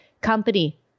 company